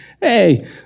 hey